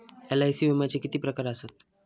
LIC विम्याचे किती प्रकार आसत?